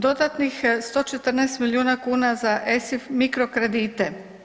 Dodatnih 114 milijuna kuna za ESIF mikrokredite.